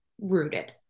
rooted